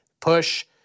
push